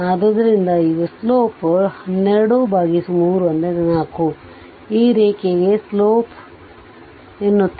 ಆದ್ದರಿಂದ ಇದು ಸ್ಲೋಪ್ 12 3 4 ಈ ನೇರ ರೇಖೆಗೆ ಸ್ಲೋಪ್ 4